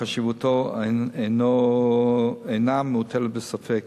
חשיבותו אינה מוטלת בספק.